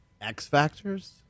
X-Factors